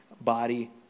body